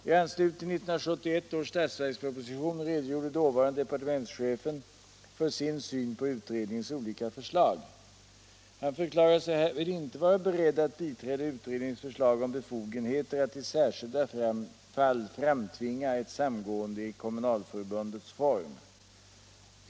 I anslutning till 1971 års statsverksproposition redogjorde dåvarande departementschefen för sin syn på utredningens olika förslag. Han förklarade sig härvid inte vara beredd att biträda utredningens förslag om befogenheter att i särskilda fall framtvinga ett samgående i kommunalförbundets form.